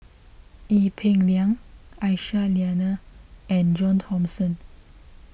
Ee Peng Liang Aisyah Lyana and John Thomson